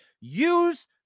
Use